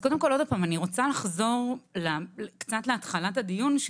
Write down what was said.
אני רוצה לחזור קצת לתחילת הדיון.